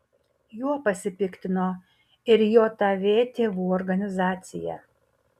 juo pasipiktino ir jav tėvų organizacija